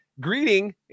greeting